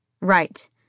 Right